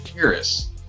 Paris